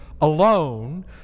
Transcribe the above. alone